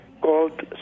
called